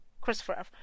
Christopher